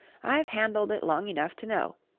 i've handled it long enough to know.